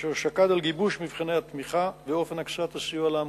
אשר שקד על גיבוש מבחני התמיכה ואופן הקצאת הסיוע לעמותות.